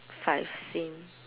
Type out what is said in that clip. five same